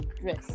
dress